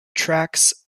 tracks